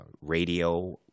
radio